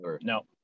No